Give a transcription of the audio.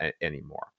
anymore